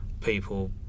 people